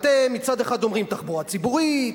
אתם מצד אחד אומרים תחבורה ציבורית,